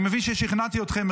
אני מבין ששכנעתי אתכם,